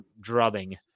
drubbing